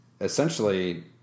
essentially